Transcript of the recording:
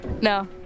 No